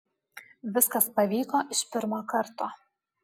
viskas pavyko iš pirmo karto